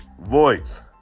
voice